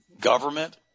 government